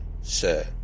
sir